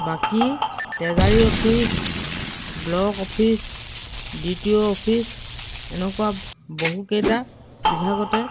বাকী treasury office block office DTO office এনেকুৱা বহুকেইটা বিভাগতে